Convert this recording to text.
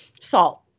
salt